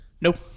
Nope